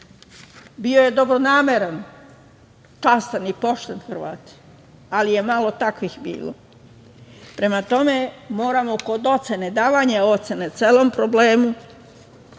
bio je dobro nameran, častan i pošten Hrvat, ali je malo takvih bilo. Prema tome, moramo kod ocene, davanje ocene celom problemu